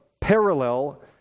parallel